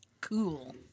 Cool